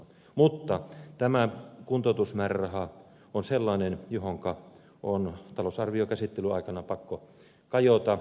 mutta tämä kuntoutusmääräraha on sellainen johonka on talousarviokäsittelyn aikana pakko kajota